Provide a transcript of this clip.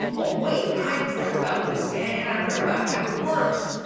and oh, wait. i read about this. and i read about how it works.